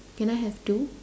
can I have two